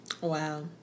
Wow